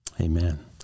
Amen